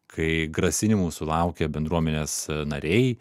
kai grasinimų sulaukė bendruomenės nariai